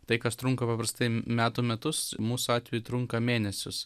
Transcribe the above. tai kas trunka paprastai metų metus mūsų atveju trunka mėnesius